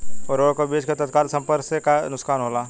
उर्वरक और बीज के तत्काल संपर्क से का नुकसान होला?